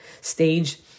stage